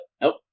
nope